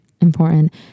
important